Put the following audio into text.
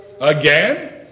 Again